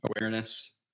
awareness